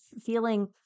feeling